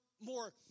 more